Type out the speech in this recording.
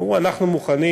והן אמרו: אנחנו מוכנים,